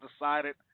decided